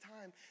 time